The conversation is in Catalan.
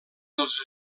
dels